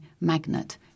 Magnet